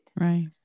Right